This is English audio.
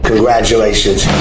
Congratulations